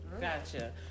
Gotcha